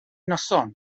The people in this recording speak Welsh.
noson